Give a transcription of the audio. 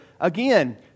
Again